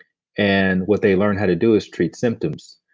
and what they learn how to do is treat symptoms.